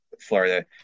Florida